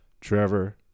Trevor